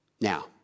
Now